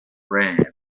room